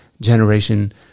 generation